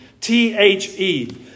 T-H-E